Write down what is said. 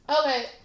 Okay